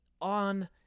on